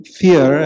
fear